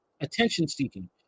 attention-seeking